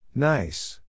Nice